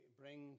bring